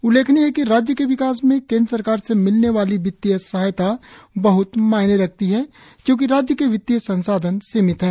उल्लेखनीय है कि राज्य के विकास में केंद्र सरकार से मिलने वाली वित्तीय सहायता बहत मायने रखती है क्योंकि राज्य के वित्तीय संसाधन सीमित है